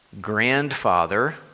Grandfather